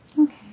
Okay